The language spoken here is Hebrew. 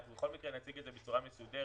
אנחנו בכל מקרה נציג את זה בצורה מסודרת.